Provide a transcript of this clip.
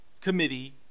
committee